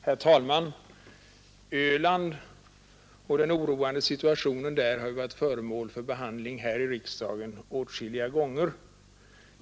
Herr talman! Den oroande situationen på Öland har varit föremål för behandling här i riksdagen åtskilliga gånger.